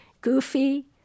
goofy